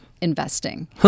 investing